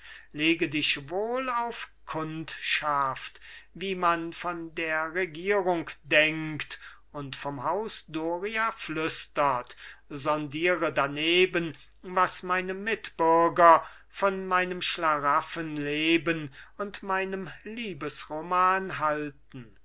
lege dich wohl auf kundschaft wie man von der regierung denkt und vom haus doria flistert sondiere daneben was meine mitbürger von meinem schlaraffenleben und meinem liebesroman halten